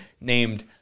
named